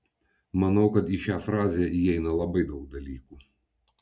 manau kad į šią frazę įeina labai daug dalykų